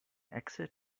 exit